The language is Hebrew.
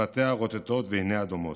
שפתיה רוטטות ועיניה דומעות.